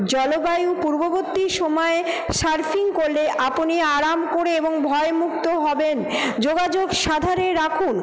জলবায়ু পূর্ববর্তী সময় সার্ফিং করলে আপনি আরাম করে এবং ভয় মুক্ত হবেন যোগাযোগ রাখুন